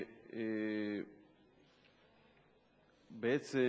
בעצם